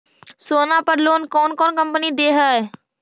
सोना पर लोन कौन कौन कंपनी दे है?